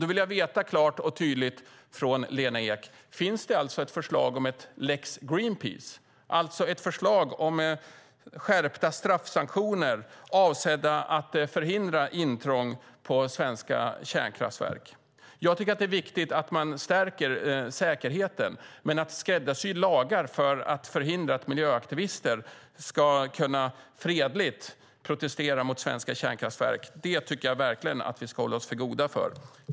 Då vill jag veta klart och tydligt från Lena Ek: Finns det ett förslag om en lex Greenpeace, alltså ett förslag om skärpta straffsanktioner avsedda att förhindra intrång på svenska kärnkraftverk? Jag tycker att det är viktigt att man stärker säkerheten, men att skräddarsy lagar för att förhindra att miljöaktivister fredligt ska kunna protestera mot svenska kärnkraftverk tycker jag verkligen att vi ska hålla oss för goda för.